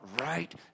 right